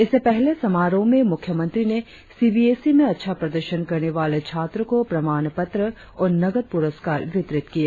इससे पहले समारोह में मुख्यमंत्री ने सी बी एस ई में अच्छा प्रदर्शन करने वाले छात्रों को प्रमाण पत्र और नगद पुरस्कार वितरित किए